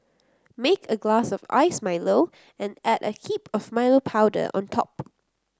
make a glass of iced Milo and add a heap of Milo powder on top